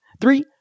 Three